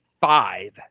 five